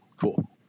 cool